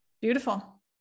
beautiful